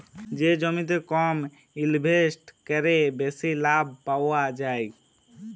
যে জমিতে কম ইলভেসেট ক্যরে বেশি লাভ পাউয়া যায়